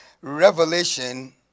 Revelation